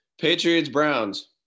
Patriots-Browns